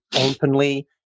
openly